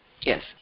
Yes